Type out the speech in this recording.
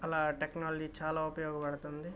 అలా టెక్నాలజీ చాలా ఉపయోగబడుతుంది